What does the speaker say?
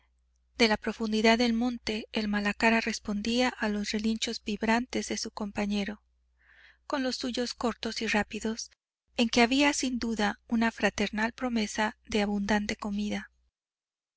de la profundidad del monte el malacara respondía a los relinchos vibrantes de su compañero con los suyos cortos y rápidos en que había sin duda una fraternal promesa de abundante comida